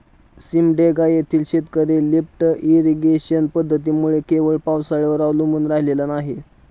सिमडेगा येथील शेतकरी lift irrigation पद्धतीमुळे केवळ पावसाळ्यावर अवलंबून राहिलेली नाहीत